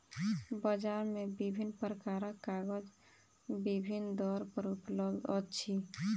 बजार मे विभिन्न प्रकारक कागज विभिन्न दर पर उपलब्ध अछि